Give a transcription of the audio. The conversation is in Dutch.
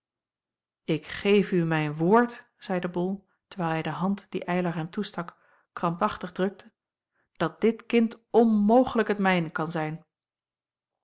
ik geef u mijn woord zeide bol terwijl hij de hand die eylar hem toestak krampachtig drukte dat dit kind onmogelijk het mijne kan zijn